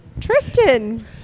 Tristan